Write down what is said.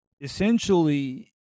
essentially